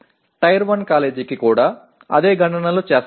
tyre 1 కాలేజీకి కూడా అదే గణనలు చేస్తారు